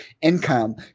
income